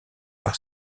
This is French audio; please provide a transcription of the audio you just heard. par